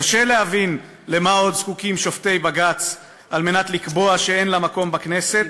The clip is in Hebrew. קשה להבין למה עוד זקוקים שופטי בג"ץ על מנת לקבוע שאין לה מקום בכנסת,